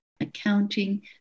accounting